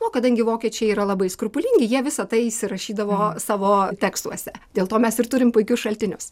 o kadangi vokiečiai yra labai skrupulingi jie visa tai įsirašydavo savo tekstuose dėl to mes ir turim puikius šaltinius